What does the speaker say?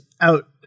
out